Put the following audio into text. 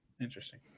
Interesting